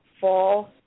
fall